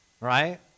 right